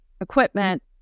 equipment